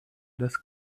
das